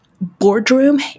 boardroom